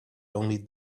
only